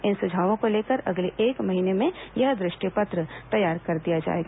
इन सुझावों को लेकर अगले एक महीने में यह दृष्टि पत्र तैयार कर दिया जाएगा